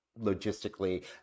logistically